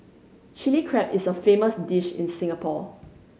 Chilli Crab is a famous dish in Singapore